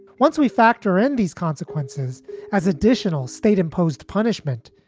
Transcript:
once we factor in these consequences as additional state imposed punishment,